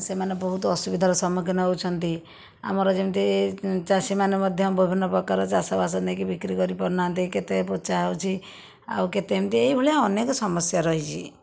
ସେମାନେ ବହୁତ ଅସୁବିଧାର ସମ୍ମୁଖୀନ ହେଉଛନ୍ତି ଆମର ଯେମିତି ଚାଷୀମାନେ ମଧ୍ୟ ବିଭିନ୍ନ ପ୍ରକାର ଚାଷବାସ ନେଇକି ବିକ୍ରି କରିପାରୁନାହାନ୍ତି କେତେ ପୋଚା ହେଉଛି ଆଉ କେତେ ଏମିତି ଏହି ଭଳିଆ ଅନେକ ସମସ୍ୟା ରହିଛି